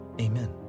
Amen